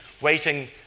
waiting